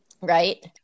Right